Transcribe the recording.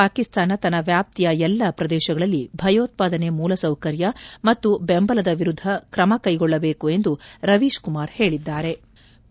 ಪಾಕಿಸ್ತಾನ ತನ್ನ ವ್ಯಾಪ್ತಿಯ ಎಲ್ಲ ಪ್ರದೇಶಗಳಲ್ಲಿ ಭಯೋತ್ಪಾದನೆ ಮೂಲಸೌಕರ್ಯ ಹಾಗೂ ಬೆಂಬಲದ ವಿರುದ್ದ ಕ್ರಮ ಕ್ಟೆಗೊಳ್ಳಬೇಕು ಎಂದು ರವೀಶ್ ಕುಮಾರ್ ಹೇಳಿದ್ಗಾರೆ